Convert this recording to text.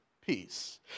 peace